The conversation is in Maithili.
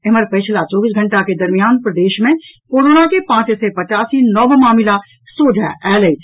एम्हर पछिला चौबीस घंटा के दरमियान प्रदेश मे कोरोना के पांच सय पचासी नव मामिला सोझा आयल अछि